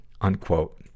unquote